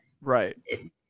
right